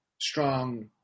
strong